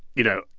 you know,